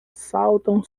saltam